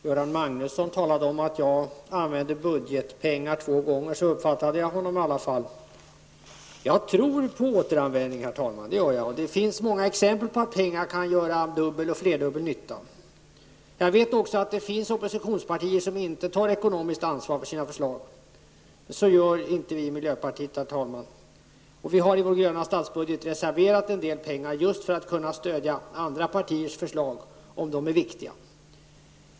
Herr talman! Göran Magnusson talade om att jag använde samma budgetpengar två gånger. Det var i alla fall så jag uppfattade honom. Jag tror på återanvändning. Det finns många exempel på att pengar kan göra dubbel och flerdubbel nytta. Jag vet också att det finns oppositionspartier som inte tar ekonomiskt ansvar för sina förslag. Herr talman! Så gör inte vi i miljöpartiet. Vi har i vår gröna statsbudget reserverat medel för att kunna stödja andra partiers förslag om de är viktiga.